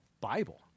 Bible